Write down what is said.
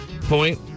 point